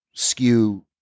Skew